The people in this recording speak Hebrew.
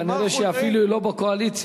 כנראה שהיא אפילו לא בקואליציה,